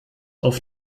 auf